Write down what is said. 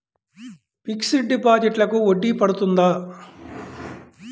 Fixed డిపాజిట్లకు వడ్డీ పడుతుందా?